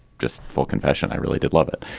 just full confession. i really did love it.